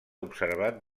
observat